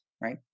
Right